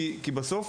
כי בסוף,